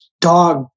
dog